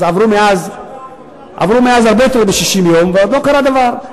אז עברו הרבה יותר מ-60 יום, ועוד לא קרה דבר.